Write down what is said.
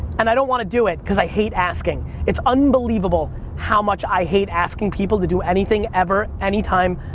and i don't wanna do it cause i hate asking. it's unbelievable how much i hate asking people to do anything ever, anytime,